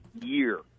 year